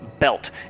belt